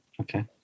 okay